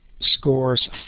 scores